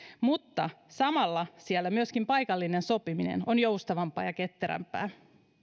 mutta samalla siellä myöskin paikallinen sopiminen on joustavampaa ja ketterämpää